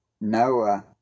Noah